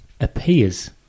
appears